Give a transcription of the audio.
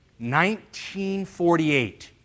1948